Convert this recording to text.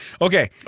Okay